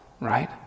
right